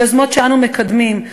ביוזמות שאנו מקדמים.